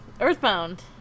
Earthbound